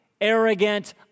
arrogant